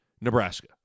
Nebraska